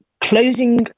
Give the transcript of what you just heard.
closing